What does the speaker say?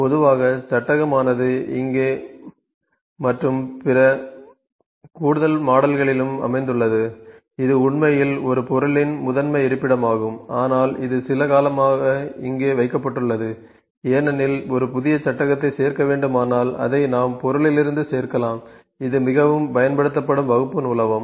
பொதுவாக சட்டகம் ஆனது இங்கே மாடல்களில் மற்றும் பிற கூடுதல் மாடல்களிலும் அமைந்துள்ளது இது உண்மையில் ஒரு பொருளின் முதன்மை இருப்பிடமாகும் ஆனால் இது சில காலமாக இங்கே வைக்கப்பட்டுள்ளது ஏனெனில் ஒரு புதிய சட்டகத்தை சேர்க்க வேண்டுமானால் அதை நாம் பொருளிலிருந்து சேர்க்கலாம் இது மிகவும் பயன்படுத்தப்படும் வகுப்பு நூலகம்